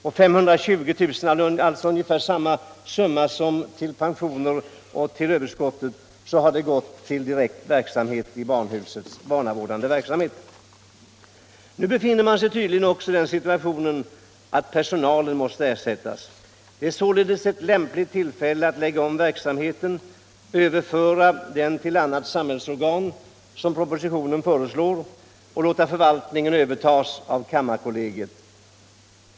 och 520 000 kr., alltså ungefär samma summa som till pensioner och till överskottet, har gått till direkt verksamhet i barnhusets barnavårdande verksamhet. Nu befinner man sig tydligen också i den situationen att personalen måste ersättas. Det är således ett lämpligt tillfälle att lägga om verksamheten, överföra den till annat samhällsorgan, som propositionen föreslår, och låta förvaltningen övertas av kammarkollegiet.